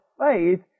faith